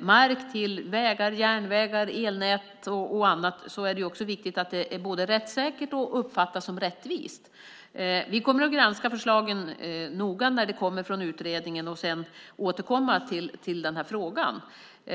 mark till vägar, järnvägar, elnät och annat är det viktigt att det både är rättssäkert och uppfattas som rättvist. Vi kommer att granska förslagen noggrant när de kommer från utredningen och sedan återkomma till frågan.